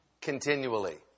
continually